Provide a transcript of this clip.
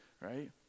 right